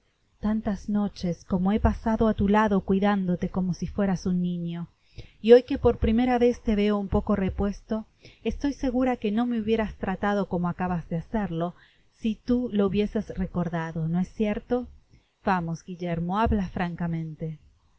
tantas aoches como he pasado á tu lado cuidándote como si fueras un niño y hoy que por primera vez te veo un poco repuesto estoy segura que no me hubieras tratado como acabas de hacerlo si tu lo hubieses recordado no es cierto vamos guillermo habla francamente